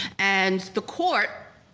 and the court